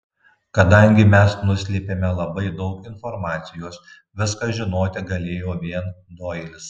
kadangi mes nuslėpėme labai daug informacijos viską žinoti galėjo vien doilis